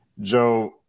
Joe